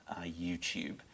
YouTube